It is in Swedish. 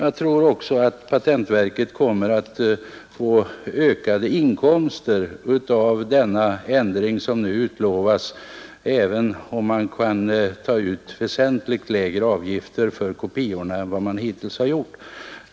Patentverket kommer vidare förmodligen att få ökade inkomster genom den ändring som nu utlovats, trots att man kommer att ta ut väsentligt lägre avgifter för kopiorna än vad man hittills har gjort.